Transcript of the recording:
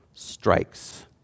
strikes